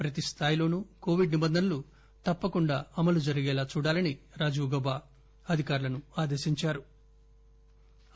ప్రతి స్టాయిలోనూ కోవిడ్ నిబంధనలు తప్పకుండా అమలు జరిగేలా చూడాలని రాజీవ్ గౌబా అధికారులను ఆదేశించారు